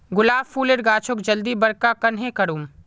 गुलाब फूलेर गाछोक जल्दी बड़का कन्हे करूम?